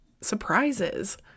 surprises